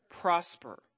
Prosper